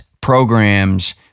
programs